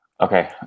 Okay